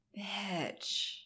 Bitch